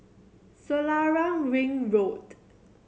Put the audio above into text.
Selarang Ring Road